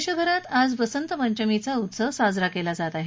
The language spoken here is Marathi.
देशभरात आज वसंतपंचमीचा उत्सव साजरा केला जात आहे